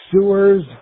sewers